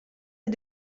est